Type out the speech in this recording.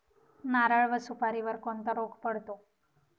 नारळ व सुपारीवर कोणता रोग पडतो?